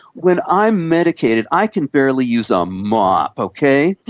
when i'm medicated, i can barely use a mop, okay?